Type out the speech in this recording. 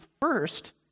first